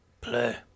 Play